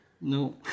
no